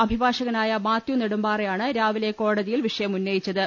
അഭിഭാഷകനായ മാത്യു നെടുമ്പാറയാണ് രാവിലെ കോടതിയിൽ വിഷയം ഉന്നയി ച്ചത്